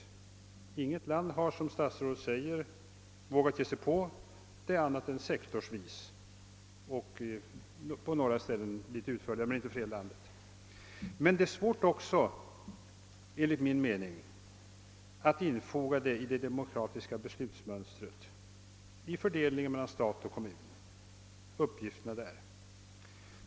Som statsrådet framhåller har man inte i något land vågat sig på att planera annat än sektorsvis. I några fall har man planerat litet utförligare, men aldrig för hela landet. Enligt min mening är det emellertid också svårt att infoga planeringen i det demokratiska beslutsmönstret, när det gäller fördelningen av uppgifterna mellan stat och kommun.